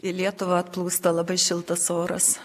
į lietuvą atplūsta labai šiltas oras